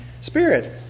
spirit